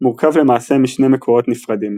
מורכב למעשה משני מקורות נפרדים,